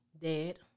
dead